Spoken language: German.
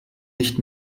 nicht